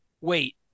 Wait